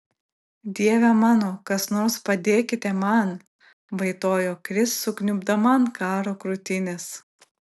dieve mano kas nors padėkite man vaitojo kris sukniubdama ant karo krūtinės